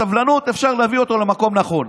בסבלנות אפשר להביא אותו למקום נכון.